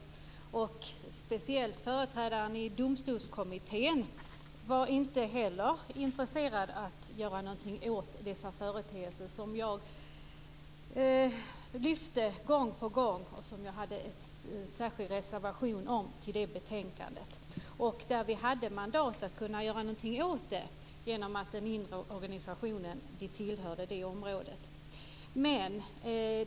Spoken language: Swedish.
Det gäller speciellt när företrädaren i Domstolskommittén inte heller var intresserad att göra någonting åt de företeelser som jag lyfte gång på gång och som jag hade en särskild reservation om till det betänkandet. Vi hade mandat att kunna göra någonting åt det genom att den inre organisationen tillhörde området.